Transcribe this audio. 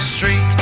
Street